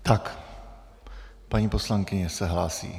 Tak, paní poslankyně se hlásí.